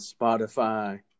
Spotify